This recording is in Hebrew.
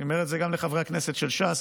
אני אומר את זה גם לחברי הכנסת של ש"ס,